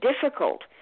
difficult